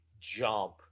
jump